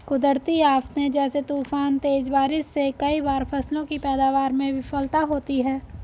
कुदरती आफ़ते जैसे तूफान, तेज बारिश से कई बार फसलों की पैदावार में विफलता होती है